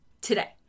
today